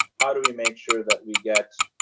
how do we make sure that we get